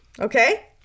Okay